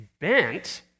bent